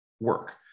work